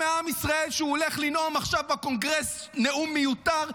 סליחה מעם ישראל שהוא הולך לנאום עכשיו בקונגרס נאום מיותר,